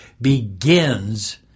begins